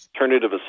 alternative